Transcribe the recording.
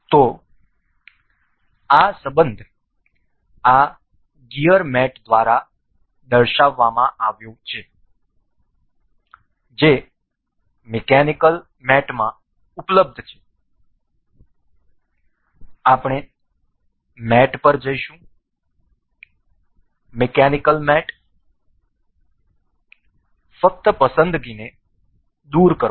તેથી આ સંબંધ આ ગિઅર મેટ દ્વારા દર્શાવવામાં આવ્યું છે જે મિકેનિકલ મેટમાં ઉપલબ્ધ છે જે આપણે મેટ પર જઈશું મિકેનિકલ મેટ ફક્ત પસંદગીને દૂર કરો